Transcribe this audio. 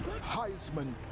Heisman